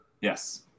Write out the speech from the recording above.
Yes